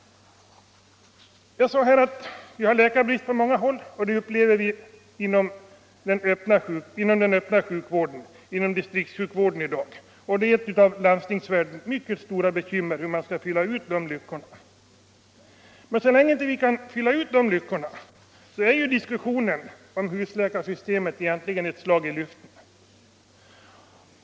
Jag sade att vi har läkarbrist på många håll, vilket vi upplever inom den öppna sjukvården, inom distriktssjukvården i dag. Det är ett av landstingsvärldens mycket stora bekymmer, hur man skall fylla ut de luckorna. Men så länge vi inte kan göra det är diskussionen om husläkarsystemet egentligen ett slag i luften.